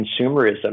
consumerism